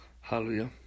Hallelujah